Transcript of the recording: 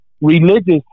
religious